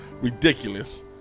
ridiculous